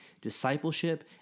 discipleship